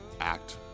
act